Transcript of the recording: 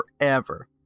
forever